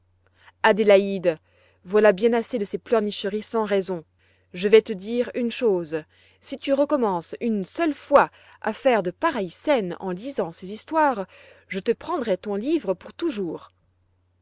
adélaïde voilà bien assez de ces pleurnicheries sans raison je vais te dire une chose si tu recommences une seule fois à faire de pareilles scènes en lisant ces histoires je te prendrai ton livre pour toujours